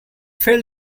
fail